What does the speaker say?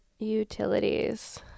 utilities